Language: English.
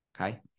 Okay